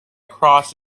cross